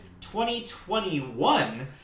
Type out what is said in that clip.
2021